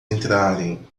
entrarem